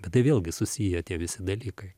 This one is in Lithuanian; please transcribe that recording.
bet tai vėlgi susiję tie visi dalykai